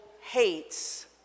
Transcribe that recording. hates